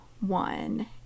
one